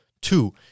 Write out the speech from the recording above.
two